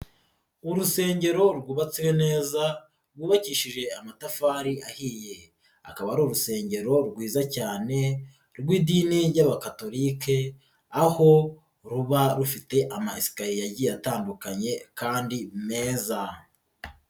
Urusengero rwubatse neza, rwubakishije amatafari ahiye. Akaba ari urusengero rwiza cyane rw'idini ry'Abakatolika, aho ruba rufite amayesikariye agiye atandukanye kandi meza.